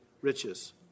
riches